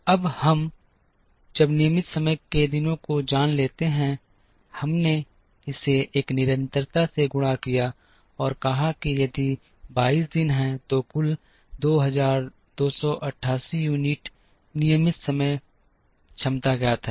अब जब हम नियमित समय के दिनों को जान लेते हैं हमने इसे एक निरंतरता से गुणा किया और कहा कि यदि 22 दिन हैं तो कुल 2288 यूनिट नियमित समय क्षमता ज्ञात है